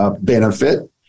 Benefit